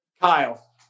Kyle